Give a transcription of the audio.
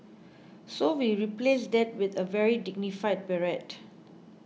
so we replaced that with a very dignified beret